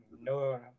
no